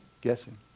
Guessing